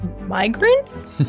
migrants